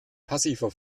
passiver